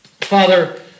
Father